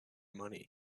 money